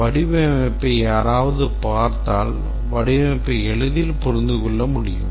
வடிவமைப்பை யாராவது பார்த்தால் வடிவமைப்பை எளிதில் புரிந்து கொள்ள முடியும்